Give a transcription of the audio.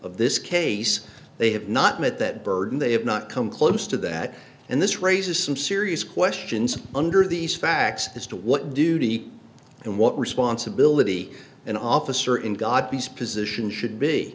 of this case they have not met that burden they have not come close to that and this raises some serious questions under these facts as to what duty and what responsibility an officer in god peace position should be